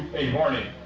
a warning.